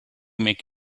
make